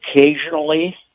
occasionally